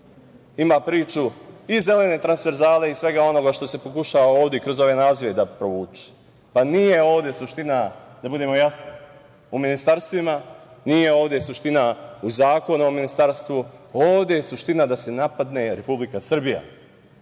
imao priču i zelene transvezale i svega onoga što se pokušava ovde kroz ove nazive da provuče. Nije ovde suština, da budemo jasni u ministarstvima, nije ovde suština u Zakonu o ministarstvu. Ovde je suština da se napadne Republika Srbija,